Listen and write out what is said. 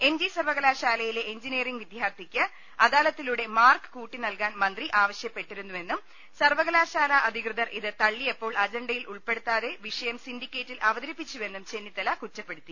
M G സർവകലാശാലയിലെ engineering വിദ്യാർത്ഥിയ്ക്ക് അദാലത്തിലൂടെ മാർക്ക് കൂട്ടിനൽകാൻ മന്ത്രി ആവശ്യപ്പെട്ടിരുന്നു എന്നും സർവകലാശാല അധികൃതർ ഇത് തള്ളിയപ്പോൾ അജണ്ടയിൽ ഉൾപ്പെടു ത്താതെ വിഷയം സിൻഡിക്കേറ്റിൽ അവതരിപ്പിച്ചുവെന്നും ചെന്നിത്തല കുറ്റപ്പെടുത്തി